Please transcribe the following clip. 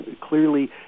clearly